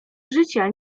życia